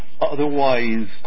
otherwise